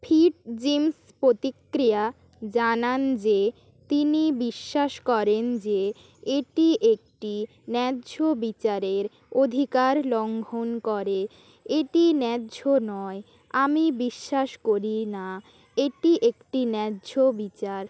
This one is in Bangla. ফিটজিমস প্রতিক্রিয়া জানান যে তিনি বিশ্বাস করেন যে এটি একটি ন্যায্য বিচারের অধিকার লঙ্ঘন করে এটি ন্যায্য নয় আমি বিশ্বাস করি না এটি একটি ন্যায্য বিচার